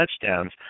touchdowns